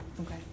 Okay